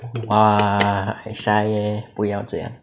!wah! shy 不要这样